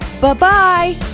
Bye-bye